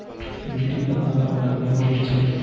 मिट्टी कतना प्रकार के होवैछे?